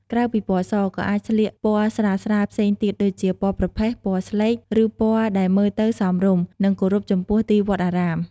ក្រៅពីពណ៌ស ក៏អាចស្លៀកពណ៌ស្រាលៗផ្សេងទៀតដូចជា ពណ៌ប្រផេះ ពណ៌ស្លេក ឬពណ៌ ដែលមើលទៅសមរម្យ និងគោរពចំពោះទីវត្តអារាម។